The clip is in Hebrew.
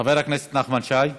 חבר הכנסת נחמן שי.